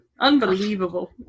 unbelievable